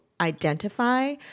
identify